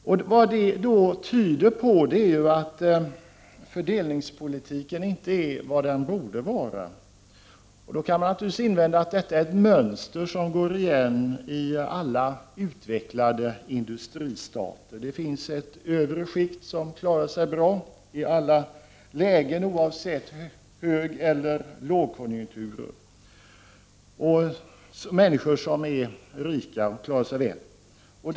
Att vi har så många socialbidragstagare tyder på att fördelningspolitiken inte är vad den borde vara. Man kan naturligtvis invända att detta är ett mönster som går igen i alla utvecklade industristater. Det finns ett övre skikt som klarar sig bra i alla lägen, oavsett högeller lågkonjunkturer. Människor som är rika klarar sig väl.